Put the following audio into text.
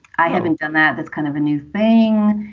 i haven't done that. that's kind of a new thing.